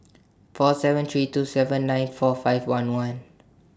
four seven three two seven nine four five one one